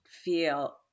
feel